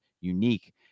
unique